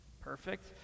perfect